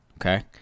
Okay